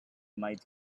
might